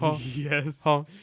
Yes